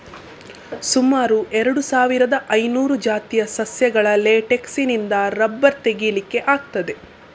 ಸುಮಾರು ಎರಡು ಸಾವಿರದ ಐನೂರು ಜಾತಿಯ ಸಸ್ಯಗಳ ಲೇಟೆಕ್ಸಿನಿಂದ ರಬ್ಬರ್ ತೆಗೀಲಿಕ್ಕೆ ಆಗ್ತದೆ